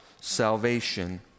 salvation